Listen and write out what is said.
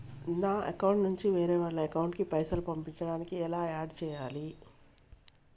నా అకౌంట్ నుంచి వేరే వాళ్ల అకౌంట్ కి పైసలు పంపించడానికి ఎలా ఆడ్ చేయాలి?